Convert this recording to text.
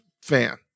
fan